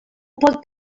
pot